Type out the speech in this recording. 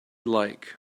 like